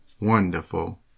wonderful